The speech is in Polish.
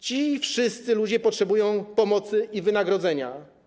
Ci wszyscy ludzie potrzebują pomocy i wynagrodzenia.